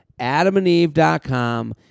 AdamandEve.com